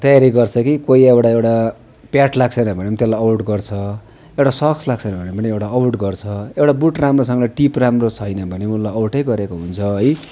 तयारी गर्छ कि कोही एउटा एउटा प्याड लगाएको छैन भने पनि त्यसलाई आउट गर्छ एउटा सक्स लगाएको छैन भने पनि त्यसलाई आउट गर्छ एउटा बुट राम्रोसँगले टिप राम्रो छैन भने पनि उसलाई आउटै गरेको हुन्छ है